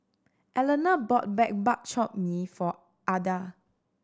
Eleanor bought Bak Chor Mee for Ada